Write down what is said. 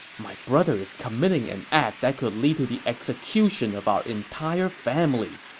my brother is committing an act that could lead to the execution of our entire family.